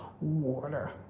water